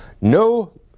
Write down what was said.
no